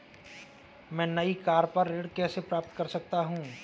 मैं नई कार पर ऋण कैसे प्राप्त कर सकता हूँ?